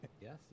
Yes